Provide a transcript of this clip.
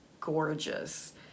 gorgeous